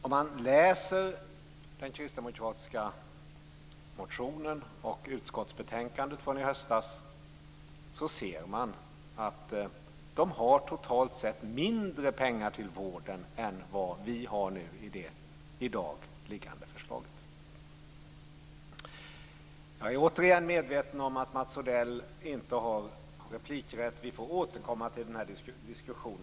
Om man läser den kristdemokratiska motionen och utskottsbetänkandet från i höstas ser man att de totalt sett har mindre pengar till vården än vad vi har i det i dag liggande förslaget. Jag är återigen medveten om att Mats Odell inte har replikrätt. Vi får återkomma till den här diskussionen.